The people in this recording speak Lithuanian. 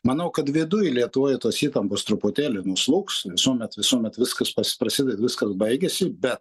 manau kad viduj lietuvoje tos įtampos truputėlį nuslūgs visuomet visuomet viskas prasided viskas baigiasi bet